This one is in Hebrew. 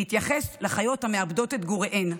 בהתייחס לחיות המאבדות את גוריהן.